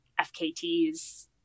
FKTs